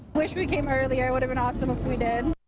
wish we came earlier. it would have been awesome if we did.